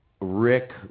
Rick